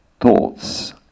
thoughts